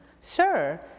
sir